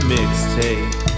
Mixtape